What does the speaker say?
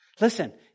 Listen